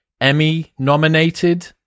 Emmy-nominated